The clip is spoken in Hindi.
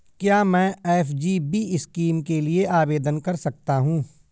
क्या मैं एस.जी.बी स्कीम के लिए आवेदन कर सकता हूँ?